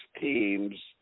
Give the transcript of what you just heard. teams